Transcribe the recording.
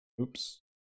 Oops